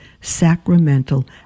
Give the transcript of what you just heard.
sacramental